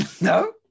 No